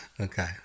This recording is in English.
Okay